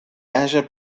haya